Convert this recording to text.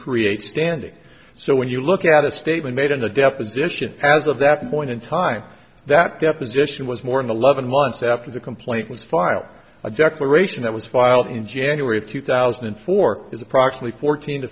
create standing so when you look at a statement made in a deposition as of that point in time that deposition was more in the loving months after the complaint was filed a declaration that was filed in january of two thousand and four is approximately fourteen to